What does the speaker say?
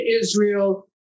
Israel